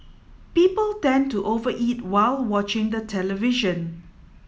people tend to over eat while watching the television